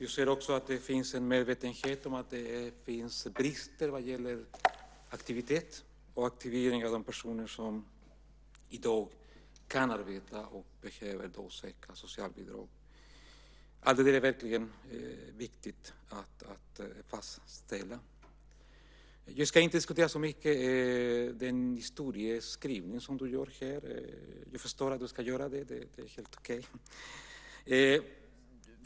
Jag ser också att det finns en medvetenhet om bristerna vad gäller aktivering av de personer som i dag kan arbeta och behöver söka socialbidrag. Det är verkligen viktigt att fastställa. Jag ska inte diskutera Morgan Johanssons historieskrivning. Jag förstår att du gör den, och det är helt okej.